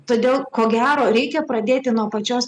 todėl ko gero reikia pradėti nuo pačios